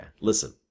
Listen